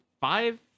five